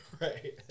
Right